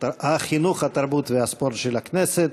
התרבות והספורט של הכנסת.